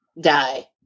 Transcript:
die